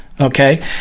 Okay